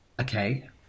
okay